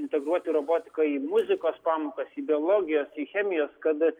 integruoti robotiką į muzikos pamokas į biologijos į chemijos kad